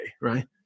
Right